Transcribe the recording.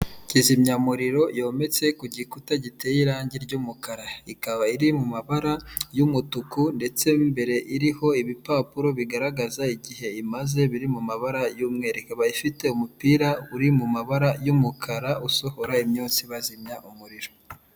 Kizimyamuriro yometse ku gikuta giteye irangi ry'umukara, ikaba iri mu mabara y'umutuku ndetse, mo imbere iriho ibipapuro bigaragaza igihe imaze biri mu mabara y'umweru, ikaba ifite umupira uri mu mabara ry'umukara usohora imyotsi bazimya umuriro.